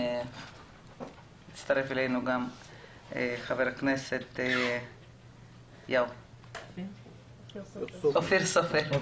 הצטרף אלינו גם חבר הכנסת אופיר סופר.